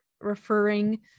referring